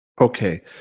Okay